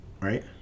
Right